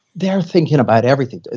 they're thinking about everything.